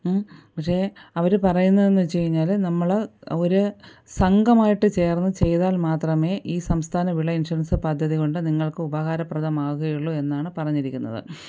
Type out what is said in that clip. പക്ഷേ അവർ പറയുന്നതെന്നുവെച്ചുകഴിഞ്ഞാൽ നമ്മൾ ഒരു സംഘമായിട്ട് ചേർന്ന് ചെയ്താൽ മാത്രമേ ഈ സംസ്ഥാനവിള ഇൻഷുറൻസ് പദ്ധതി കൊണ്ട് നിങ്ങൾക്ക് ഉപകാരപ്രദമാവുകയുള്ളു എന്നാണ് പറഞ്ഞിരിക്കുന്നത്